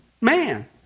man